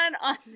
on